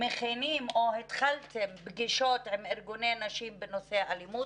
מכינים או התחלתם פגישות עם ארגוני נשים בנושא אלימות.